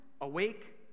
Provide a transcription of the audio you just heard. awake